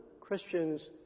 Christians